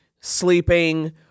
sleeping